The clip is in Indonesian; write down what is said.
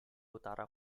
utara